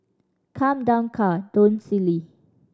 come down car don't silly